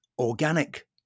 organic